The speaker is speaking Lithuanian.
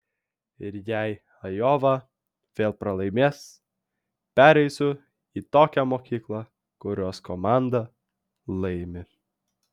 ir jei ajova vėl pralaimės pereisiu į tokią mokyklą kurios komanda laimi